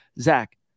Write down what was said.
Zach